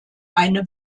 eine